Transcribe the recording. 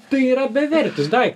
tai yra bevertis daiktas